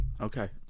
Okay